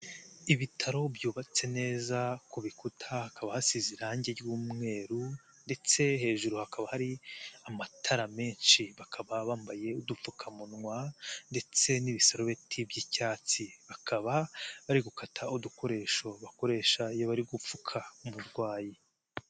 Ibitaro byubatse neza ku bikuta hakaba hasize irange ry'umweru ndetse hejuru hakaba hari amatara menshi, bakaba bambaye udupfukamunwa ndetse n'ibisarubeti by'icyatsi, bakaba bari gukata udukoresho bakoresha iyo bari gupfuka umurwayi.